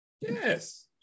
Yes